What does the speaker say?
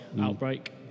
outbreak